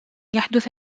يحدث